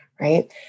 Right